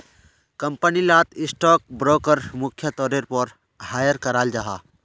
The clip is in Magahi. कंपनी लात स्टॉक ब्रोकर मुख्य तौरेर पोर हायर कराल जाहा